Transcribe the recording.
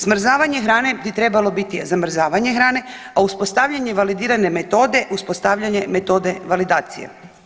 Smrzavanje hrane bi trebalo biti zamrzavanje hrane, a uspostavljanje validirane metode uspostavljanje metode validacije.